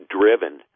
driven